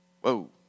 whoa